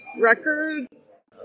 records